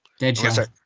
Deadshot